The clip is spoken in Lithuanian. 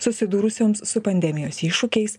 susidūrusioms su pandemijos iššūkiais